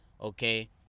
okay